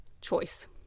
choice